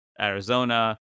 Arizona